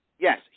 Yes